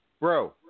bro